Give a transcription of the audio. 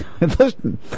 Listen